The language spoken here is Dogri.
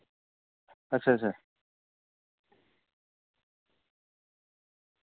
अच्छा अच्छा